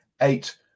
eight